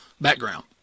background